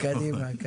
קדימה.